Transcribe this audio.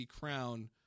crown